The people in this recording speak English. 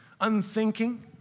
unthinking